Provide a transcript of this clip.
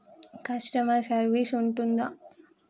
Customer service ఉంటుందా?